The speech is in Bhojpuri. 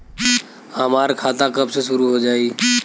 हमार खाता कब से शूरू हो जाई?